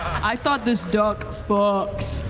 i thought this duck fucked.